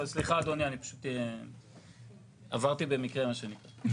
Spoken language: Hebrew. סליחה אדוני, אני פשוט עברתי במקרה, מה שנקרא.